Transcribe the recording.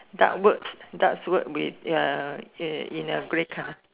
dark words dark words with uh in a grey colour